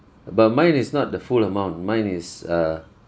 but mine is not the full amount mine is uh